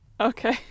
Okay